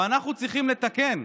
אבל אנחנו צריכים לתקן.